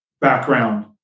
background